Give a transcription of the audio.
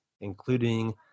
including